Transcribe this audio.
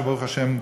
שברוך השם,